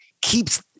keeps